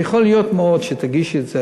ויכול להיות מאוד שאם תגישי את זה,